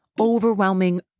overwhelming